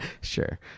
Sure